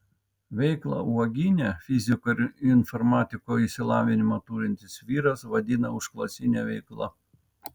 veiklą uogyne fiziko ir informatiko išsilavinimą turintis vyras vadina užklasine veikla